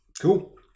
cool